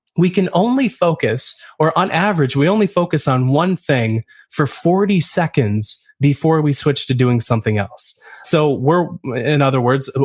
we can only focus or on average we only focus on one thing for forty seconds before we switch to doing something else so we're in other words,